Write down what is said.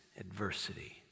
adversity